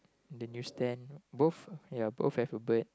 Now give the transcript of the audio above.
the news stand both ya both have a bird